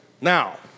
now